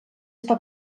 està